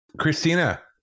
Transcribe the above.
Christina